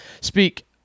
speak